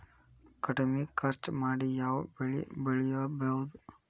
ಕಡಮಿ ಖರ್ಚ ಮಾಡಿ ಯಾವ್ ಬೆಳಿ ಬೆಳಿಬೋದ್?